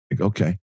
Okay